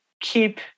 keep